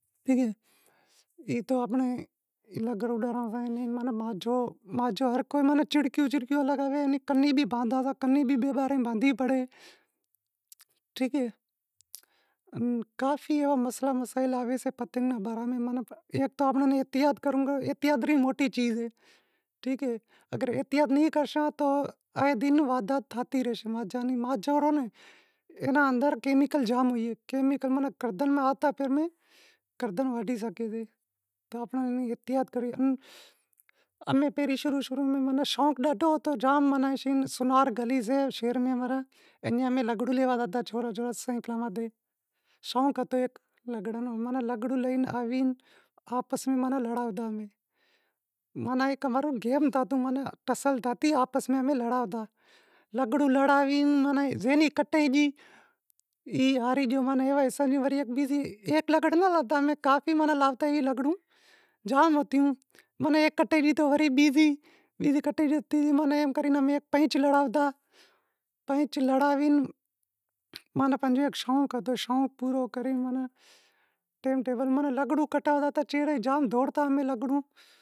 کافی مسئلا مسائل آوی سیں پتنگ رے باراں ماں ماناں ایک تو آپاں ناں احتیاث کرنڑو پڑشے، احتیاچ ایک موٹی چیز اے، ٹھیک اے، اگر احتیاط نیں کرشاں تو آئے دن واردات تھیتی رہاشیں، مانجھو تھیو اینے اندر کیمیکل زام شے، امیں شروع شروع میہں شونق گھنڑو ہتو، امی سورا سورا لگڑا لینڑ زاتا شونق ہتو ہیک لگڑاں رو، لگڑ لے آوی آپس میں ماناں لڑاوتا، ماناں ٹسل تھیتی، لگڑ لڑائے زے ری بھی کٹے گئی ای ہارے گیو ایوے حساب سیں ماناں بیزی ایک لگڑ ناں لاتا زام ہوتیں، ہیک کٹے لاتو تو بیزی، پینچ لڑاوتا پینچ لڑاوے ماناں پانجو ہیک شونق ہتو، شونق پورہ کرے ماناں ٹیم ٹیبل، لگڑ کٹاوتا تو چیڑے جام دوڑاوتا۔